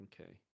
Okay